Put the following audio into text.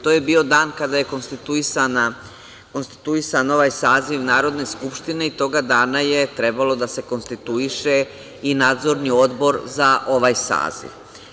To je bio dan kada je konstituisan ovaj saziv Narodne skupštine i toga dana je trebalo da se konstituiše i Nadzorni odbor za ovaj saziv.